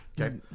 Okay